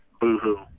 boo-hoo